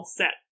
set